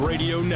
Radio